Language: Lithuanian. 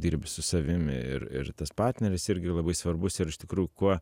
dirbi su savimi ir ir tas partneris irgi labai svarbus ir iš tikrųjų kuo